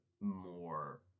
more